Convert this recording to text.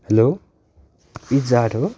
hello Pizza Hut हो